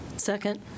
Second